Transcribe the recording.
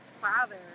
father